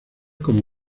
como